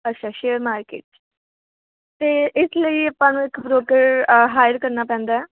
ਅੱਛਾ share market 'ਚ ਤਾਂ ਇਸ ਲਈ ਆਪਾਂ ਨੂੰ ਇੱਕ ਬ੍ਰੋਕਰ ਹਾਇਰ ਕਰਨਾ ਪੈਂਦਾ ਆ